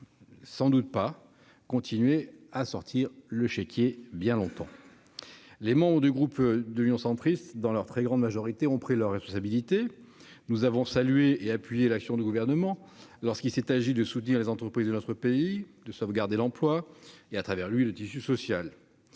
probablement pas continuer à sortir le chéquier bien longtemps ! Les membres du groupe Union Centriste, dans leur très grande majorité, ont pris leurs responsabilités. Nous avons salué et appuyé l'action du Gouvernement lorsqu'il s'est agi de soutenir les entreprises de notre pays, de sauvegarder l'emploi et à travers lui le tissu social,